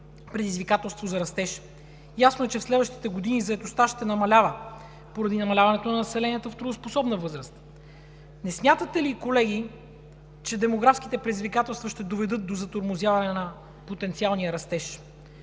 предизвикателство за растеж. Ясно е, че в следващите години заетостта ще намалява поради намаляването на населението в трудоспособна възраст. Не смятате ли, колеги, че демографските предизвикателства ще доведат до затормозяване на потенциалния растеж,